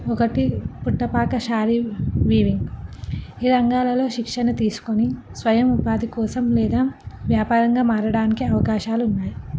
ఒకటి పుట్టపాక శారీ వీవింగ్ ఈ రంగాలలో శిక్షణ తీసుకొని స్వయం ఉపాధి కోసం లేదా వ్యాపారంగా మారడానికి అవకాశాలు ఉన్నాయి